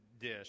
dish